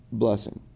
blessing